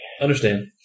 Understand